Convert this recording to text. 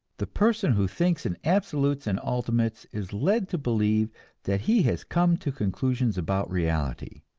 the person who thinks in absolutes and ultimates is led to believe that he has come to conclusions about reality,